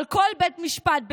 אבל כל בית משפט,